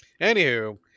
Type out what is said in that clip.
anywho